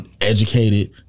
educated